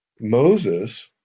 Moses